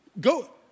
Go